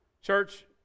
Church